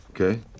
Okay